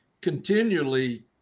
continually